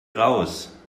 raus